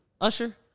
Usher